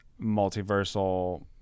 multiversal